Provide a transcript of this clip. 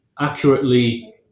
accurately